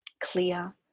clear